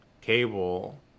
cable